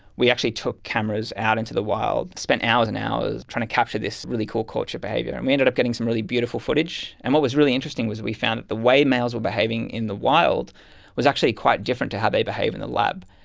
we actually took cameras out into the wild, spent hours and hours trying to capture this really cool courtship behaviour, and we ended up getting some really beautiful footage. and what was really interesting was we found that the way males were behaving in the wild was actually quite different to how they behave in the lab.